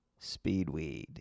Speedweed